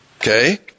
Okay